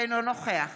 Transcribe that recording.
אינו נוכח